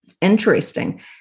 Interesting